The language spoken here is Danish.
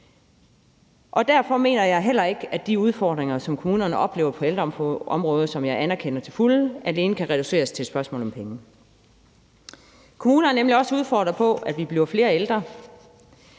Derfor mener jeg heller ikke, at de udfordringer, som kommunerne oplever på ældreområdet, og som jeg til fulde anerkender, alene kan reduceres til at være et spørgsmål om penge. Kl. 14:52 Kommunerne er nemlig også udfordret af, at vi bliver flere ældre,